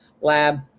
lab